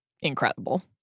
incredible